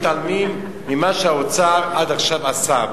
מתעלמים ממה שהאוצר עד עכשיו עשה,